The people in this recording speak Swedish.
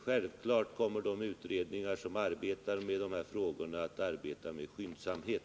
Självfallet kommer de utredningar som arbetar med de här frågorna att arbeta med skyndsamhet.